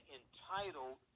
entitled